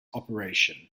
operation